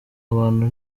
abantu